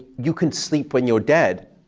you can sleep when you're dead.